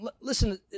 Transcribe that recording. Listen